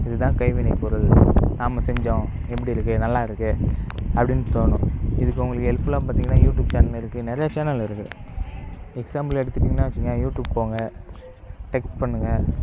இது தான் கைவினைப் பொருள் நம்ம செஞ்சம் எப்படி இருக்கு நல்லா இருக்கு அப்படின்னு தோணும் இதுக்கு உங்களுக்கு ஹெல்ப்ஃபுல்லாக பார்த்தீங்கன்னா யூடியூப் சேனல் இருக்கு நிறையா சேனல் இருக்கு எக்ஸ்சாம்பில் எடுத்துகிட்டீங்கன்னா வச்சிக்கோங்களேன் யூடியூப் போங்க டெக்ஸ்ட் பண்ணுங்கள்